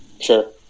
Sure